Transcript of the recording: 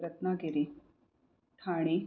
Ratnagiri Thane